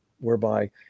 whereby